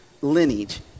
lineage